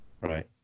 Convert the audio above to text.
Right